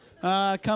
come